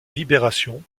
libération